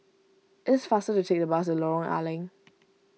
it is faster to take the bus to Lorong A Leng